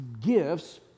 gifts